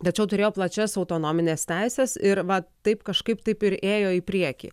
tačiau turėjo plačias autonomines teises ir taip kažkaip taip ir ėjo į priekį